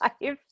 life